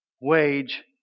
wage